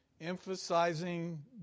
emphasizing